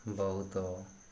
ବହୁତ